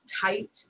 tight